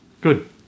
Good